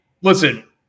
listen